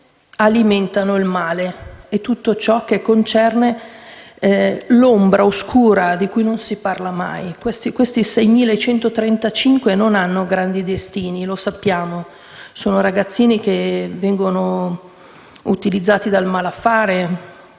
alimentano il male e tutto ciò che concerne l'ombra oscura di cui non si parla mai. I 6.135 non hanno davanti un grande destino e lo sappiamo. Sono ragazzini che vengono utilizzati dal malaffare: